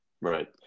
Right